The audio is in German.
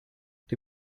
die